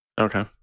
Okay